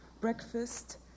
Breakfast